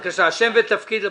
בבקשה, שם ותפקיד לפרוטוקול.